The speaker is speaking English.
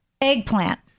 eggplant